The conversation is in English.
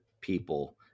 people